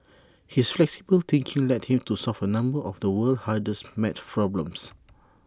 his flexible thinking led him to solve A number of the world's hardest math problems